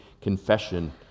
confession